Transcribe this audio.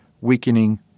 weakening